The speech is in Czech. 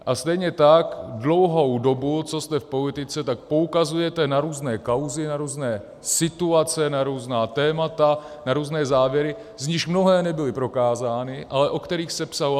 A stejně tak dlouhou dobu, co jste v politice, tak poukazujete na různé kauzy, na různé situace, na různá témata, na různé závěry, z nichž mnohé nebyly prokázány, ale o kterých se psalo.